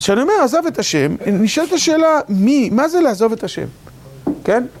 כשאני אומר עזב את השם, נשאלת השאלה, מי, מה זה לעזוב את השם? כן?